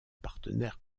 partenaires